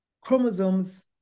chromosomes